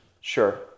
Sure